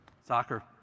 soccer